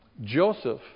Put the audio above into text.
Joseph